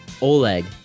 Oleg